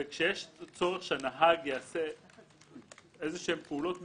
וכשיש צורך שהנהג יעשה איזה שהם פעולות מיוחדות,